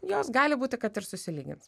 jos gali būti kad ir susilygins